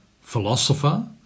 philosopher